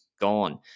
gone